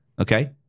Okay